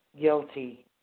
guilty